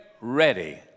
ready